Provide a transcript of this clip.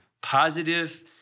positive